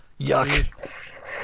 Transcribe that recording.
Yuck